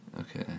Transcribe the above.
Okay